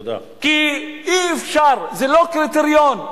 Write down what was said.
כי אי-אפשר, זה לא קריטריון.